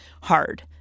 hard